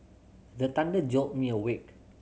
the thunder jolt me awake